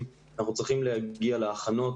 הרווחה והבריאות של הכנסת.